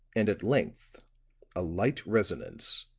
and at length a light resonance,